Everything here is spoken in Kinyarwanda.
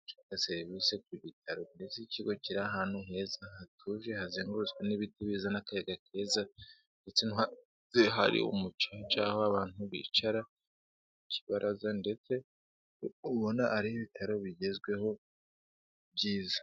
gushaka serivisi ku bitaro, ndetse ikigo kiri ahantu heza hatuje hazengurutswe n'ibiti bizana akayaga keza, ndetse no hanze hari umucaca aho abantu bicara ku kibaraza, ndetse ubona ari ibitaro bigezweho byiza.